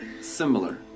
Similar